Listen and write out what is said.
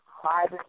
private